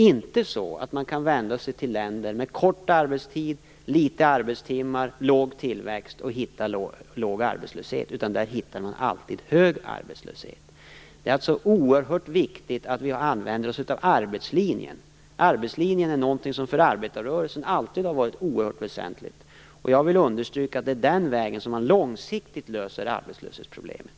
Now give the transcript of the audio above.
Man kan inte vända sig till länder med kort arbetstid, få arbetstimmar och låg tillväxt och hitta låg arbetslöshet, utan där hittar man alltid hög arbetslöshet. Det är alltså oerhört viktigt att vi använder oss av arbetslinjen. Arbetslinjen är någonting som för arbetarrörelsen alltid har varit oerhört väsentligt, och jag vill understryka att det är den vägen som man långsiktigt löser arbetslöshetsproblemen.